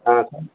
आसन